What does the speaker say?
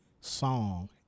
song